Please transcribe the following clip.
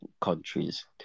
countries